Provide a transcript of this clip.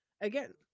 again